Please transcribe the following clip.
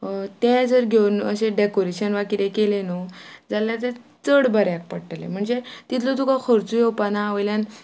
तें जर घेवन अशें डॅकोरेशन वा कितें केलें न्हय जाल्यार तें चड बऱ्याक पडटलें म्हणजे तितलो तुका खर्च येवपा ना वयल्यान